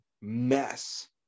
mess